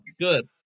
Good